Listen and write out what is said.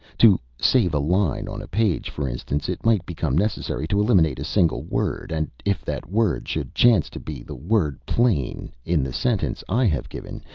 to save a line on a page, for instance, it might become necessary to eliminate a single word and if that word should chance to be the word plain in the sentence i have given,